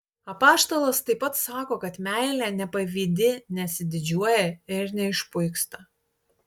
apaštalas taip pat sako kad meilė nepavydi nesididžiuoja ir neišpuiksta